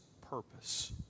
purpose